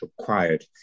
required